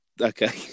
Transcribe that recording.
okay